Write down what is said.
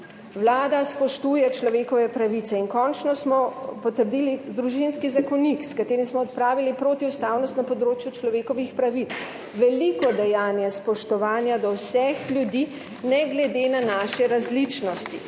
Vlada spoštuje človekove pravice in končno smo potrdili Družinski zakonik, s katerim smo odpravili protiustavnost na področju človekovih pravic. Veliko dejanje spoštovanja do vseh ljudi, ne glede na naše različnosti,